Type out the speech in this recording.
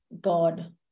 God